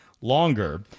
longer